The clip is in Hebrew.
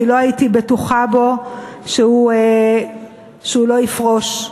כי לא הייתי בטוחה בו שהוא לא יפרוש,